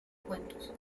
cuentos